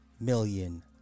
million